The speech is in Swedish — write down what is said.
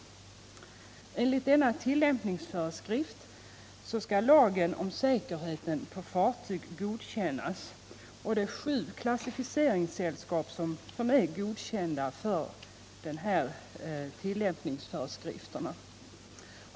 Enligt tillämpningsföreskrifterna beträffande lagen om säkerheten på fartyg är sju klassificeringssällskap godkända i Sverige.